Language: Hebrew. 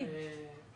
כאנדרסטייטמנט.